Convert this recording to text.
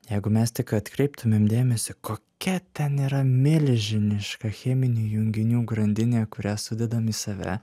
jeigu mes tik atkreiptumėm dėmesį kokia ten yra milžiniška cheminių junginių grandinė kurią sudedam į save